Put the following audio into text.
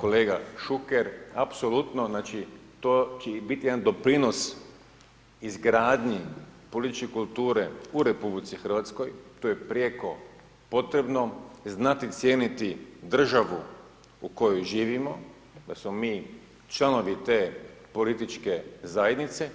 Kolega Šuker, apsolutno, znači to će i biti jedan doprinos izgradnji političke kulture u RH, to je prijeko potrebno, znati cijeniti državu u kojoj živimo, da smo mi članovi te političke zajednice,